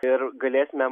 ir galėsime